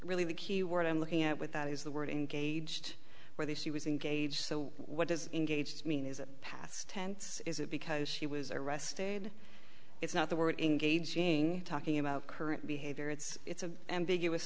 really the key word i'm looking at with that is the word engaged where the she was engaged so what does engaged mean is it past tense is it because she was arrested it's not the word engaging talking about current behavior it's an ambiguous